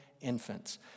infants